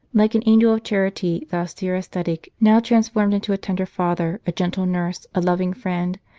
like an angel of charity, the austere ascetic, now transformed into a tender father, a gentle nurse, a loving friend,